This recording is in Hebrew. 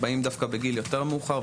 באים דווקא בגיל יותר מאוחר,